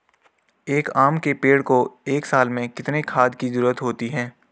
एक आम के पेड़ को एक साल में कितने खाद की जरूरत होती है?